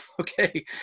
okay